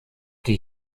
die